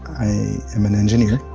i am an engineer.